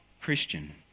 Christian